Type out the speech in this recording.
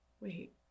Wait